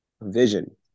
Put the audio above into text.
vision